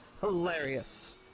Hilarious